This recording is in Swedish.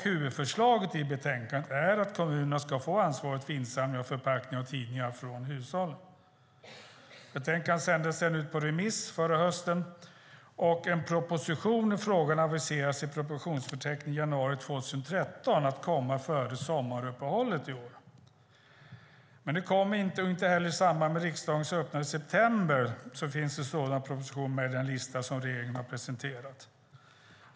Huvudförslaget i betänkandet är att kommunerna ska ha ansvaret för insamling av förpackningar och tidningar från hushållen. Betänkandet sändes förra hösten ut på remiss, och en proposition i frågan aviserades i propositionsförteckningen i januari 2013 att komma före sommaruppehållet i år. Men den kom inte, och inte heller i samband med riksdagens öppnande i september fanns en sådan proposition med i listan som regeringen presenterade.